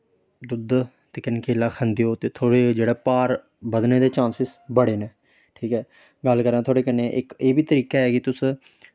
दुद्ध ते कन्नै केला खंदे ओ ते थुआढ़ा जेह्ड़े भार बधने दे चांसिस बड़े न ठीक ऐ गल्ल करां थुआढ़े कन्नै इक एह् बी तरीका ऐ कि तुस